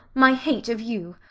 my hate of you.